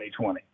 2020